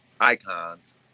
icons